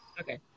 Okay